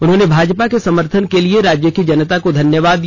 उन्होंने भाजपा के समर्थन के लिए राज्य की जनता को धन्यवाद दिया